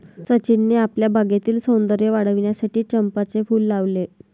सचिनने आपल्या बागेतील सौंदर्य वाढविण्यासाठी चंपाचे फूल लावले